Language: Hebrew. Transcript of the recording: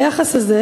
היחס הזה,